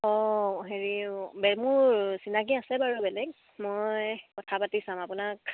অঁ হেৰি মোৰ চিনাকি আছে বাৰু বেলেগ মই কথা পাতি চাম আপোনাক